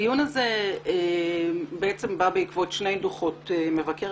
הדיון הזה בא בעקבות שני דוחות מבקר,